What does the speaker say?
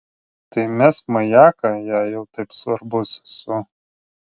tai mesk majaką jei jau taip svarbus esu